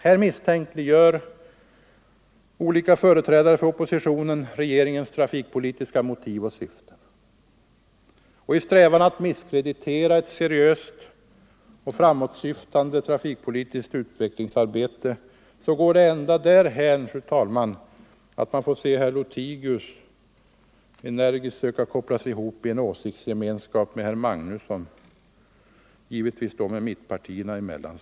Här misstänkliggör olika företrädare för oppositionen regeringens trafikpolitiska motiv och syften. I strävan att misskreditera ett seriöst och framåtsyftande trafikpolitiskt utvecklingsarbete går det ända därhän att man får se herr Lothigius energiskt söka koppla sig ihop i en åsiktsgemenskap med herr Magnusson i Kristinehamn, givetvis då med mittenpartierna däremellan.